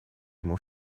ему